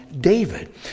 David